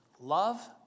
Love